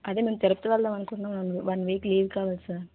అదే మేము తిరుపతి వెళదాం అనుకుంటున్నాము వన్ వీక్ లీవ్ కావాలి సార్